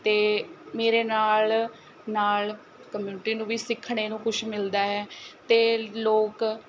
ਅਤੇ ਮੇਰੇ ਨਾਲ਼ ਨਾਲ਼ ਕਮਿਊਨਟੀ ਨੂੰ ਵੀ ਸਿੱਖਣ ਨੂੰ ਕੁਛ ਮਿਲਦਾ ਹੈ ਅਤੇ ਲੋਕ